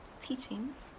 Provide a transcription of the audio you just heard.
teachings